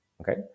okay